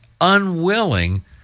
unwilling